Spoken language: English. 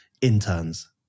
interns